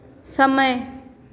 समय